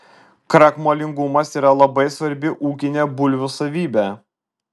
krakmolingumas yra labai svarbi ūkinė bulvių savybė